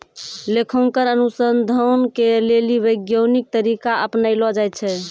लेखांकन अनुसन्धान के लेली वैज्ञानिक तरीका अपनैलो जाय छै